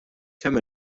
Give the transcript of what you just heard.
kemm